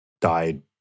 died